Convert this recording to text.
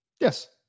Yes